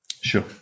Sure